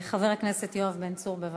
חבר הכנסת יואב בן צור, בבקשה.